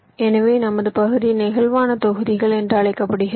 எனவே நமது பகுதி நெகிழ்வான தொகுதிகள் என்று அழைக்கப்படுகிறது